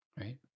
Right